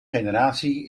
generatie